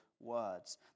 Words